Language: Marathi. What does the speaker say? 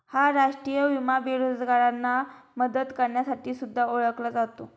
हा राष्ट्रीय विमा बेरोजगारांना मदत करण्यासाठी सुद्धा ओळखला जातो